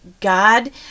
God